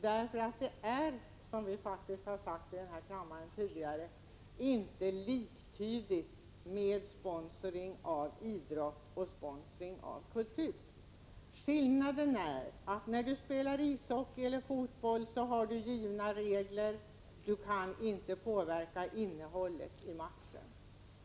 Som vi faktiskt har sagt i denna kammare tidigare kan man inte sätta likhetstecken mellan sponsring av idrott och sponsring av kultur. Skillnaden är att när man spelar ishockey eller fotboll har man givna regler. Man kan inte påverka innehållet i matchen.